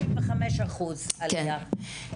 25 אחוזים עליה.